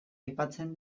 aipatzen